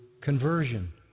conversion